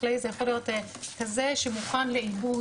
חקלאי זה יכול להיות כזה שמוכן לעיבוד,